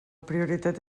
prioritat